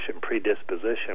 predisposition